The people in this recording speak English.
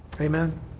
Amen